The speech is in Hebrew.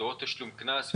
תשלום קנס.